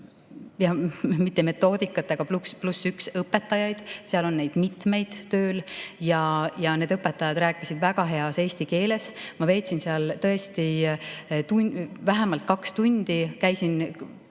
keelekümblusmetoodikat, kus kasutatakse +1 õpetajaid, seal on neid mitmeid tööl ja need õpetajad rääkisid väga heas eesti keeles. Ma veetsin seal tõesti vähemalt kaks tundi, käisin pea